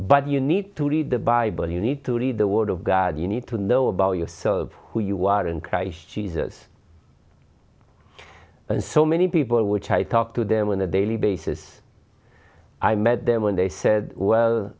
but you need to read the bible you need to read the word of god you need to know about yourselves who you are in christ jesus and so many people which i talk to them on a daily basis i met them when they said well